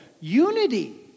Unity